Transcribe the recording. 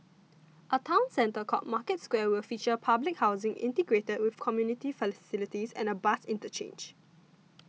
a town centre called Market Square will feature public housing integrated with community facilities and a bus interchange